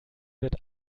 wird